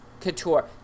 couture